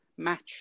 match